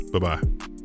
Bye-bye